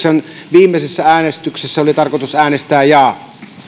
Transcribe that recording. viimeisessä äänestyksessä oli tarkoitus äänestää jaa